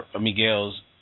Miguel's